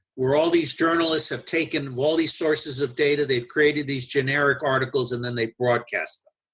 where all these journalists have taken all these sources of data, they've created these generic articles and then they broadcast them.